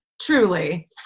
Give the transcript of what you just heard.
Truly